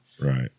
Right